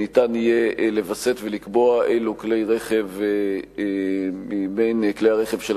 ניתן יהיה לווסת ולקבוע אילו כלי רכב מבין כלי הרכב של